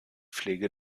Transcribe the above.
pflege